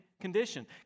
condition